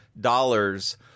dollars